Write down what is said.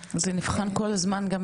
אני רוצה להגיד שלא מדובר באיזור אישי